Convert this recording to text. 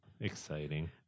Exciting